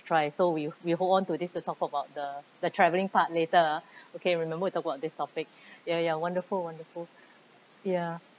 try so we we hold on to this to talk about the the traveling part later ah okay remember we talk about this topic ya ya wonderful wonderful ya